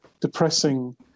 depressing